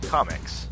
Comics